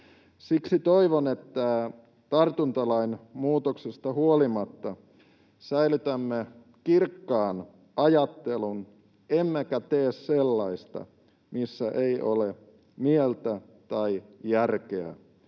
Siksi toivon, että tartuntalain muutoksista huolimatta säilytämme kirkkaan ajattelun emmekä tee sellaista, missä ei ole mieltä tai järkeä.